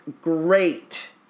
great